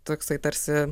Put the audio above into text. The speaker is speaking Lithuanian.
toksai tarsi